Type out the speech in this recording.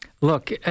Look